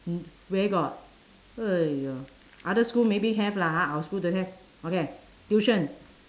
mm where got !aiya! other school maybe have lah ha our school don't have okay tuition